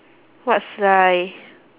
what's fly